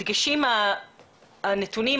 אבל אני חושבת שאנחנו חייבים להציף את הנושא,